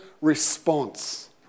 response